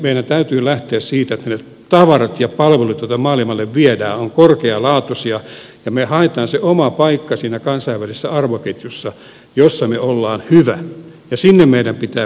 meidän täytyy lähteä siitä että ne tavarat ja palvelut joita maailmalle viedään ovat korkealaatuisia ja me haemme sen oman paikkamme siinä kansainvälisessä arvoketjussa jossa me olemme hyviä ja sinne meidän pitää verkottua